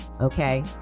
okay